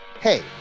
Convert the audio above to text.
Hey